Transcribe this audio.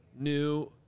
new